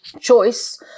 choice